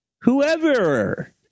whoever